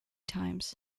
times